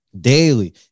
daily